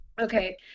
Okay